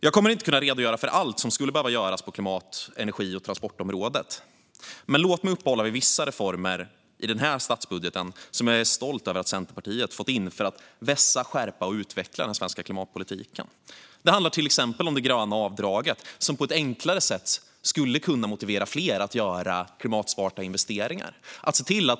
Jag kommer inte att kunna redogöra för allt som skulle behöva göras på klimat, energi och transportområdet, men låt mig uppehålla mig vid vissa reformer i denna statsbudget som jag är stolt över att Centerpartiet fått in för att vässa, skärpa och utveckla den svenska klimatpolitiken. Det handlar till exempel om det gröna avdraget, som på ett förenklande sätt skulle kunna motivera fler att göra klimatsmarta investeringar.